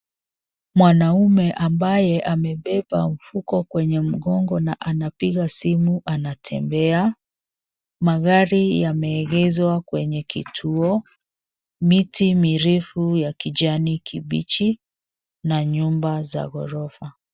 Mwanamme ambaye amebeba mfuko kwenye mgongo na anapiga simu anatembea. Magari yameegeshwa kwenye kituo. Miti mirefu ya kijani kibichi na nyumba za ghorofa.